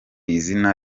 izina